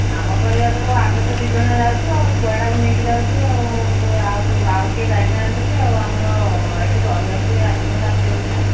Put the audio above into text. ଆମ ପରିବାରରୁ ଆମେ ତ ଦୁଇ ଜଣ ଯାଉଛୁ ଛୁଆଟାକୁ ନେଇକି ଯାଉଛୁ ଆଉ ଆଉ ଆଉ କିଏ ଯାଇଥାନ୍ତେ ଯେ ଆମର ଏଠି ରହିବାକୁ କେହି ରାଜି ହେଉନାହାନ୍ତି ରାତି ଅନିଦ୍ରା